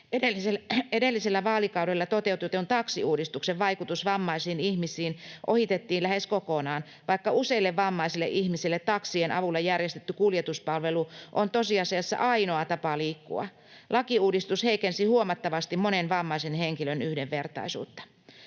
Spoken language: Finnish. Edellisellä vaalikaudella toteutetun taksiuudistuksen vaikutus vammaisiin ihmisiin ohitettiin lähes kokonaan, vaikka useille vammaisille ihmisille taksien avulla järjestetty kuljetuspalvelu on tosiasiassa ainoa tapa liikkua. Lakiuudistus heikensi huomattavasti monen vammaisen henkilön yhdenvertaisuutta.